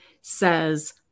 says